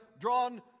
drawn